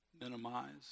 minimize